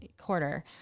quarter